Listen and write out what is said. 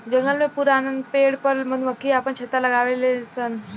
जंगल में पुरान पेड़ पर मधुमक्खी आपन छत्ता लगावे लिसन